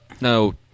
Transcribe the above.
No